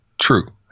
true